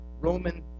Roman